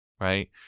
right